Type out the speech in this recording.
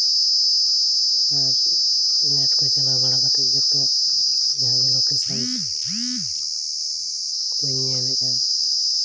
ᱟᱨ net ᱠᱚ ᱪᱟᱞᱟᱣ ᱵᱟᱲᱟ ᱠᱟᱛᱮ ᱡᱚᱛᱚ ᱡᱟᱦᱟᱸ ᱜᱮ ᱞᱳᱠᱮᱥᱚᱱ ᱠᱚ ᱧ ᱧᱮᱞᱮᱜᱼᱟ